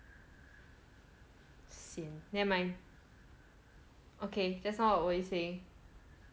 sian nevermind okay just now what were you saying